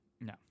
No